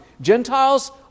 Gentiles